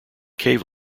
cave